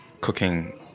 cooking